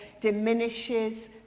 diminishes